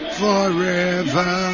forever